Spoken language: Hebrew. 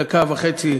דקה וחצי,